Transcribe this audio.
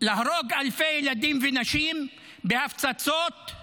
להרוג אלפי ילדים ונשים בהפצצות הוא